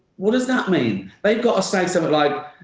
what does that mean? they've got to say something like.